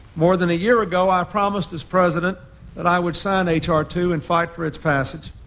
more than a year ago, i promised this president that i would sign h r two and fight for its passage.